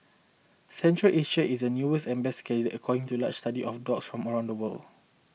Central Asia is the newest and best candidate according to a large study of dogs from around the world